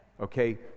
Okay